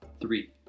three